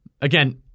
Again